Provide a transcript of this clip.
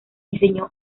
enseñó